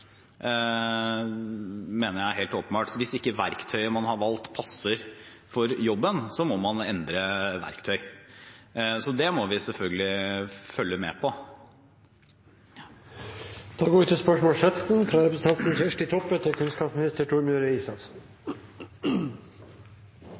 mener jeg er helt åpenbart. Hvis ikke verktøyet man har valgt, passer for jobben, må man skifte verktøy. Det må vi selvfølgelig følge med på.